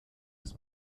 des